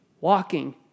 walking